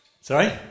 Sorry